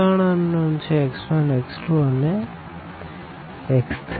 ત્રણ અનનોન છે x1 x2 x3